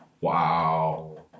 Wow